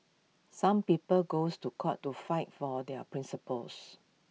some people goes to court to fight for their principles